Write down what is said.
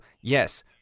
yes